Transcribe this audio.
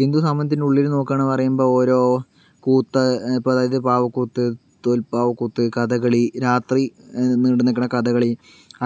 ഹിന്ദു സമുദായത്തിൻ്റെ ഉള്ളില് നോക്കാണ്ന്ന് പറയുമ്പോൾ ഓരോ കൂത്ത് ഇപ്പോൾ അതായത് പാവക്കൂത്ത് തോൽപ്പാവക്കൂത്ത് കഥകളി രാത്രി നീണ്ടുനിൽക്കുന്ന കഥകളി